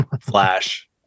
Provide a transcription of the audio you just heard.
flash